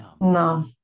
no